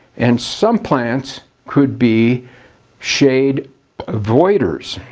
and some plants could be shade avoiders.